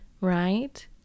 right